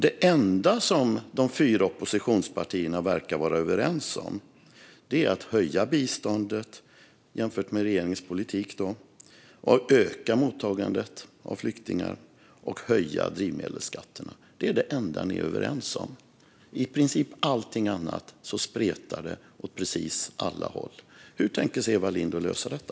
Det enda som de fyra oppositionspartierna verkar vara överens om är att höja biståndet jämfört med regeringens politik, att öka mottagandet av flyktingar och att höja drivmedelsskatterna. Det är det enda ni är överens om. I princip överallt annars spretar det åt precis alla håll. Hur tänker Eva Lindh lösa detta?